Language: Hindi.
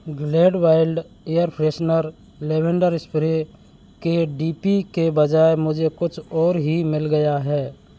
Glade wild air freshener lavender spray के डी पी के बजाय मुझे कुछ और ही मिल गया है